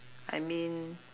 I mean